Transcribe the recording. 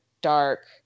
dark